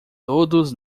todos